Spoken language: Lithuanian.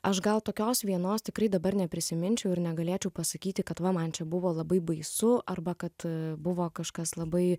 aš gal tokios vienos tikrai dabar neprisiminčiau ir negalėčiau pasakyti kad va man čia buvo labai baisu arba kad buvo kažkas labai